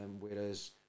Whereas